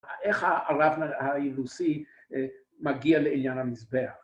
‫איך הרב היבוסי מגיע לעניין המזבח?